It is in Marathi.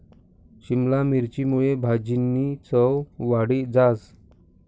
शिमला मिरची मुये भाजीनी चव वाढी जास